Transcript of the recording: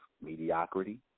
mediocrity